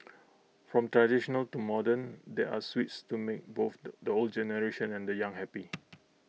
from traditional to modern there are sweets to make both the the old generation and young happy